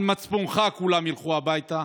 על מצפונך כולם ילכו הביתה,